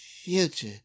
future